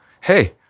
Hey